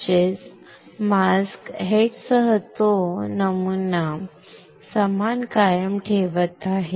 म्हणजेच मास्क हेडसह तो समान नमुना कायम ठेवत आहे